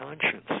conscience